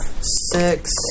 six